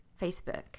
facebook